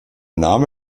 name